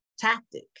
tactic